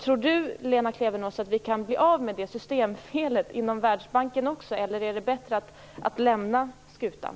Tror Lena Klevenås att vi kan bli av med det systemfelet inom Världsbanken också, eller är det bättre att lämna skutan?